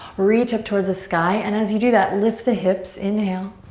reach up towards the sky and as you do that lift the hips, inhale.